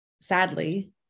sadly